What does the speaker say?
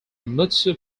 mutsu